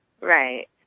Right